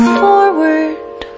forward